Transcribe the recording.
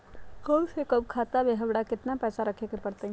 कम से कम खाता में हमरा कितना पैसा रखे के परतई?